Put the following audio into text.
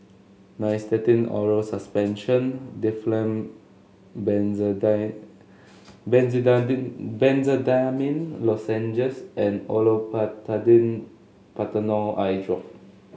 Nystatin Oral Suspension Difflam Benzydamine Lozenges and Olopatadine Patanol Eyedrop